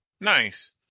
Nice